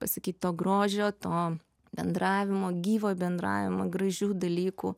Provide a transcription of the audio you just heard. pasakyt to grožio to bendravimo gyvo bendravimo gražių dalykų